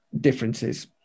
differences